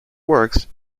works